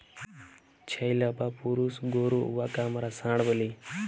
ছেইল্যা বা পুরুষ গরু উয়াকে আমরা ষাঁড় ব্যলি